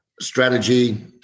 strategy